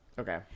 Okay